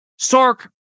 Sark